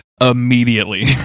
immediately